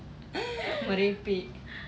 merepek